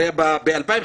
הרי ב-2015,